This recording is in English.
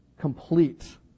complete